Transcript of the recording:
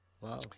wow